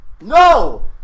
No